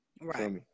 Right